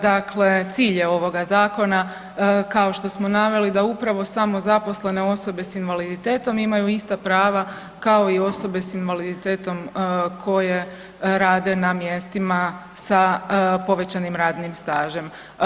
Dakle, cilj je ovoga zakona kao što smo naveli da upravo samozaposlene osobe s invaliditetom imaju ista prava kao i osobe s invaliditetom koje rade na mjestima sa povećanim radnim stažem.